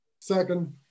Second